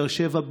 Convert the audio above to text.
באר שבע,